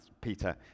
Peter